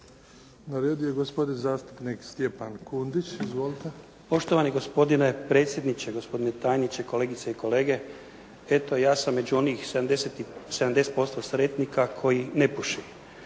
Na redu je gospodin zastupnik Stjepan Kundić. Izvolite. **Kundić, Stjepan (HDZ)** Poštovani gospodine predsjedniče, gospodine tajniče, kolegice i kolege. Eto, ja sam među onih 70% sretnika koji ne puši.